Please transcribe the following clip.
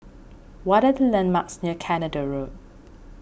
what are the landmarks near Canada Road